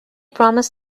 promised